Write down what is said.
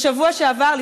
בשבוע שעבר,